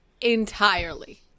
entirely